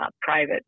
private